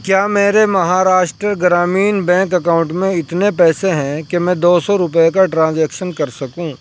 کیا میرے Maharashtra Gramin bank account میں اتنے پیسے ہیں کہ میں دو سو روپے کا ٹرانزیکشن کر سکوں